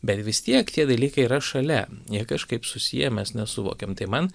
bet vis tiek tie dalykai yra šalia jie kažkaip susiję mes nesuvokiam tai man